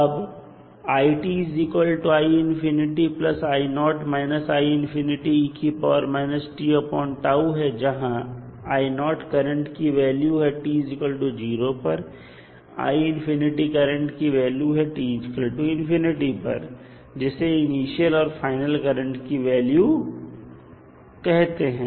अब है जहां i करंट की वैल्यू है t0 पर और करंट की वैल्यू है tपर जिसे इनिशियल और फाइनल करंट की वैल्यू कहते हैं